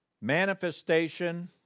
Manifestation